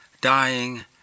dying